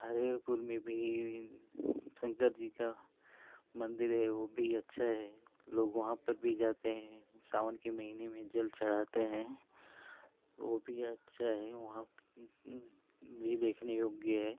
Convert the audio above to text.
हरीरपुर में भी शंकर जी का मंदिर है वो भी अच्छा हे लोग वहाँ पर भी जाते हें सावन के महीने में जल चढ़ाते हैं वो भी अच्छा है वहाँ भी देखने योग्य है